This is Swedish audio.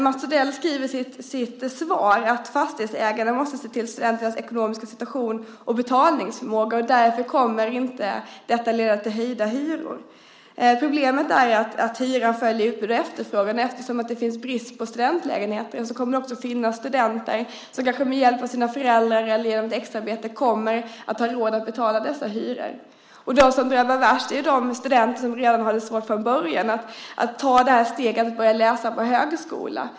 Mats Odell skriver i sitt svar att fastighetsägarna måste se till studenternas ekonomiska situation och betalningsförmåga, och därför kommer detta inte att leda till höjda hyror. Problemet är att hyran följer efterfrågan, och eftersom det är brist på studentlägenheter kommer det att finnas studenter som kanske med hjälp av sina föräldrar eller genom extraarbete kommer att ha råd att betala dessa hyror. De som drabbas värst är de studenter som redan från början har det svårt att ta steget att börja läsa på högskola.